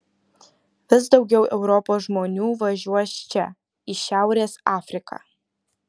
vis daugiau europos žmonių važiuos čia į šiaurės afriką